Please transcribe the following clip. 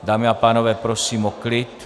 Dámy a pánové, prosím o klid!